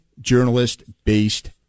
journalist-based